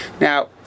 Now